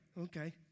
Okay